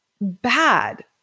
bad